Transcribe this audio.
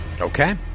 Okay